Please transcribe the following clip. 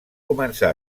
començar